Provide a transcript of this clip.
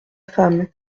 femme